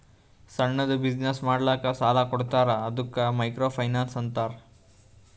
ಸಣ್ಣುದ್ ಬಿಸಿನ್ನೆಸ್ ಮಾಡ್ಲಕ್ ಸಾಲಾ ಕೊಡ್ತಾರ ಅದ್ದುಕ ಮೈಕ್ರೋ ಫೈನಾನ್ಸ್ ಅಂತಾರ